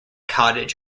cottage